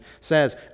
says